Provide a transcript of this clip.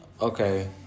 Okay